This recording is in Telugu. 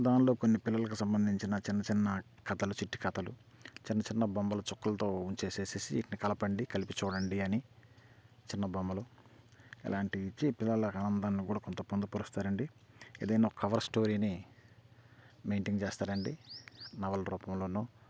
దానిలో కొన్ని పిల్లలకు సంబంధించిన చిన్న చిన్న కథలు చిట్టి కథలు చిన్న చిన్న బొమ్మలు చుక్కలతో ఉంచేసి వాటిని కలపండి కలిపి చూడండి అని చిన్న బొమ్మలు ఇలాంటివి ఇచ్చి పిల్లలకు ఆనందాన్ని కూడా కొంత పొందుపరుస్తారండి ఏదైనా ఒక కవర్ స్టోరీని మెయింటెన్ చేస్తారండి నవల రూపంలో